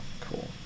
Cool